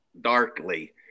darkly